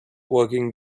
walking